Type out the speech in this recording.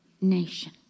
nation